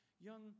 young